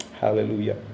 Hallelujah